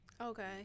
Okay